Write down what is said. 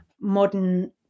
modern